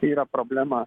yra problema